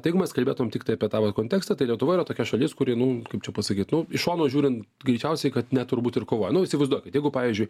tai jeigu mes kalbėtumėm tiktai apie tą va kontekstą tai lietuva yra tokia šalis kuri nu kaip čia pasakyt nu iš šono žiūrin greičiausiai kad net turbūt ir kovoja nu įsivaizduokit jeigu pavyzdžiui